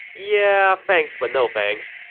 yeah, thanks but no thanks,